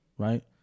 right